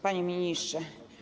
Panie Ministrze!